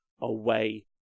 away